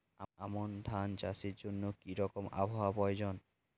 আমন ধান চাষের জন্য কি রকম আবহাওয়া প্রয়োজন?